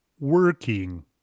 working